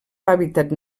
hàbitat